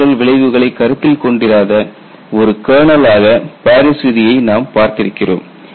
சுற்றுச்சூழல் விளைவுகளை கருத்தில் கொண்டிராத ஒரு கர்னலாக பாரிஸ் விதியை நாம் பார்த்திருக்கிறோம்